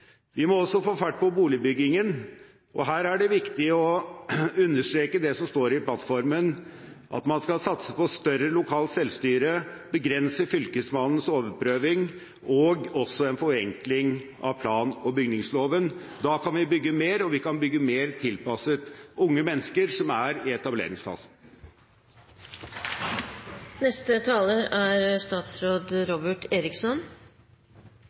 Vi må også få fart på boligbyggingen. Her er det viktig å understreke det som står i plattformen, at man skal satse på større lokalt selvstyre, begrense Fylkesmannens adgang til overprøving og forenkle plan- og bygningsloven. Da kan vi bygge mer – og vi kan bygge mer tilpasset unge mennesker som er i